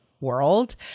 world